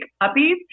puppies